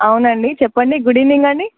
అవునండి చెప్పండి good evening అండి